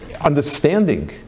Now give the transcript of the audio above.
understanding